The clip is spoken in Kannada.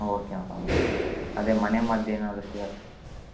ಓಕೆ ಮೇಡಮ್ ಬರ್ ಅದೇ ಮನೆಮದ್ದೇನಾದರೂ ಸಿಗುತ್ತಾ